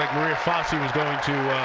like maria fassi was going to